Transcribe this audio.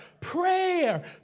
Prayer